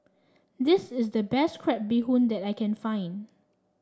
this is the best Crab Bee Hoon that I can find